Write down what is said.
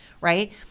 right